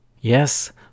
Yes